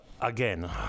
Again